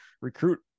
recruit